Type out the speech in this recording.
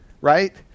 right